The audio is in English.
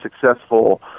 successful